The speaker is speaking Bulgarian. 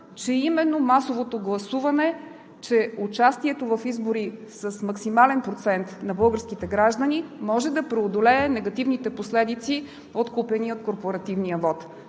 че именно масовото гласуване, че участието в избори с максимален процент на българските граждани може да преодолее негативните последици от купения, от корпоративния вот.